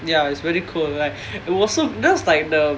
ya it's very cold like it was so that was like the